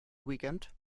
weekend